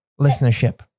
Listenership